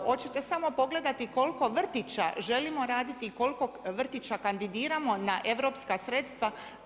Hoćete samo pogledati koliko vrtića želimo raditi i koliko vrtića kandidiramo na europska sredstva.